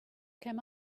came